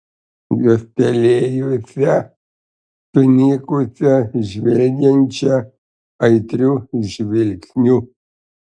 juostelėjusią sunykusią žvelgiančią aitriu žvilgsniu